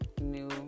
new